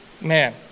man